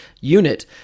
unit